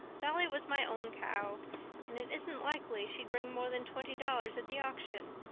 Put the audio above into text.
dolly was my own cow and it isn't likely she'd bring more than twenty dollars at the auction.